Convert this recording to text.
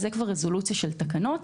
זאת רזולוציה של תקנות.